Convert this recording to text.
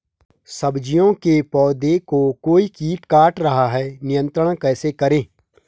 सब्जियों के पौधें को कोई कीट काट रहा है नियंत्रण कैसे करें?